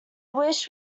wish